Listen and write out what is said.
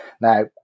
Now